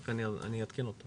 אני לא מבינה מה השמחה.